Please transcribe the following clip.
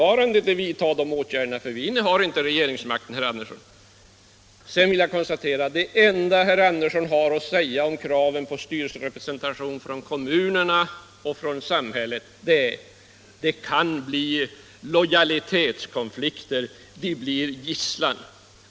Vi kan inte vidta några åtgärder, för vi innehar ju inte regeringsmakten, herr Andersson. Det enda herr Andersson har att säga om kravet på styrelserepresentation från kommunerna och samhället är att det kan bli lojalitetskonflikter, en gisslan.